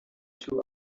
two